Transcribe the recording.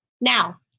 Now